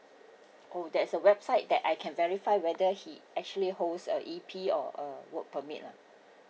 oh there's a website that I can verify whether he actually holds a E_P or a work permit ah